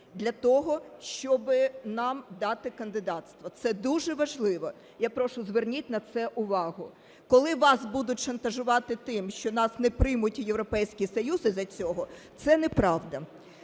для того, щоб нам дати кандидатство. Це дуже важливо, я прошу, зверніть на це увагу. Коли вас будуть шантажувати тим, що нас не приймуть у Європейський Союз із-за цього, це неправда.